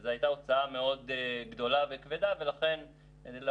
שזו הייתה הוצאה מאוד גדולה וכבדה ולכן לא